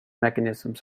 mechanisms